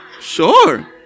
Sure